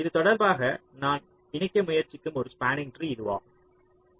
இது தொடர்பாக நான் இணைக்க முயற்சிக்கும் ஒரு ஸ்பாண்ணிங் ட்ரீ இதுவாகும்